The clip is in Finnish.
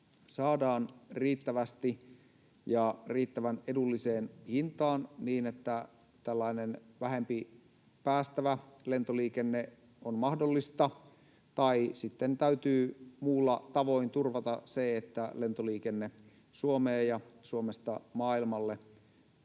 saadaan riittävästi ja riittävän edulliseen hintaan niin, että tällainen vähemmän päästävä lentoliikenne on mahdollista, tai sitten täytyy muulla tavoin turvata se, että lentoliikenne Suomeen ja Suomesta maailmalle